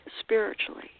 spiritually